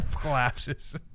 collapses